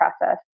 process